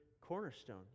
cornerstone